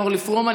אורלי פרומן.